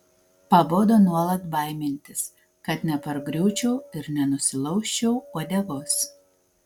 pabodo nuolat baimintis kad nepargriūčiau ir nenusilaužčiau uodegos